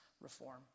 reform